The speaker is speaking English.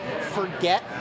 forget